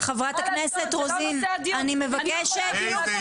העיקר שמים לב לפלורליזם, מיכל.